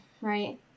right